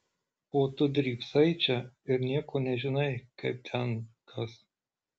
o tu drybsai čia ir nieko nežinai kaip ten kas